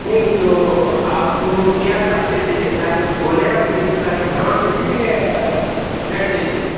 नहीं तो आपको क्या साइज का चाहिए साइज बोलें आप कितने साइज का प्लॉट चाहिए या फ्लेट चाहिए